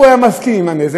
ואם הוא היה מסכים על הנזק,